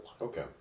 okay